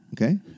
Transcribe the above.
Okay